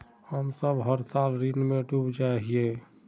हम सब हर साल ऋण में डूब जाए हीये?